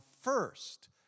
first